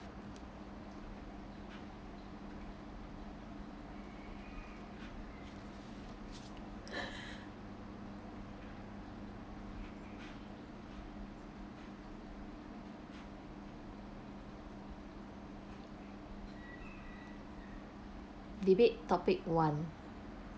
debate topic one